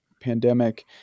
pandemic